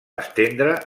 estendre